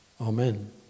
amen